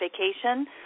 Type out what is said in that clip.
vacation